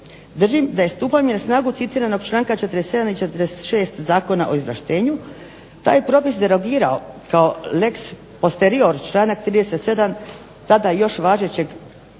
Držim da je stupanje na snagu citiranog članka 47. i 46. Zakona o izvlaštenju taj je propis derogirao kao lex posterior članak 37. tada još važećeg